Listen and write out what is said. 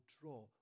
draw